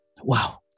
wow